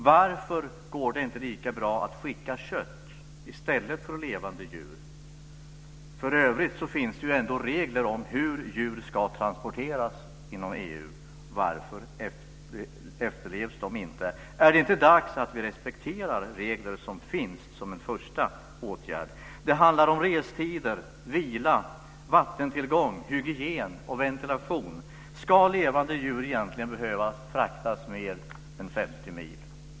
Varför går det inte lika bra att skicka kött som levande djur? För övrigt så finns det ju ändå regler om hur djur ska transporteras inom EU. Varför efterlevs de inte? Är det inte dags att vi respekterar regler som finns som en första åtgärd? Det handlar om restider, vila, vattentillgång, hygien och ventilation. Ska levande djur egentligen behöva fraktas mer än 50 mil?